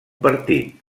partit